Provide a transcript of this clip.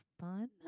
fun